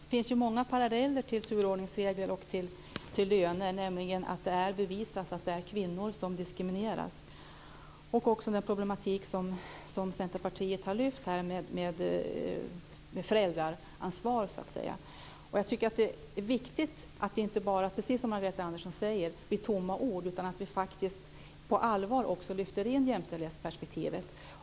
Fru talman! Det finns många paralleller till turordningsregler och till löner, nämligen att det är bevisat att det är kvinnor som diskrimineras. Det gäller också den problematik som Centerpartiet har lyft fram vad beträffar föräldraansvar. Jag tycker att det är viktigt att det inte bara, precis som Margareta Andersson säger, blir tomma ord utan att vi faktiskt på allvar lyfter in jämställdhetsperspektivet.